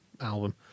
album